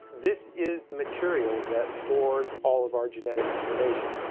this is the material that stores all of our genetic information.